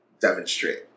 demonstrate